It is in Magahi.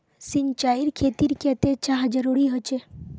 सिंचाईर खेतिर केते चाँह जरुरी होचे?